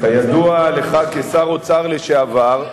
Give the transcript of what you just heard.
כידוע לך, כשר האוצר לשעבר,